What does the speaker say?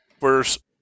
verse